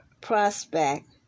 prospect